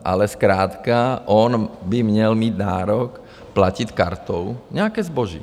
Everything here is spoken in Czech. Ale zkrátka on by měl mít nárok platit kartou nějaké zboží.